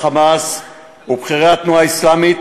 ה"חמאס" ובכירי התנועה האסלאמית.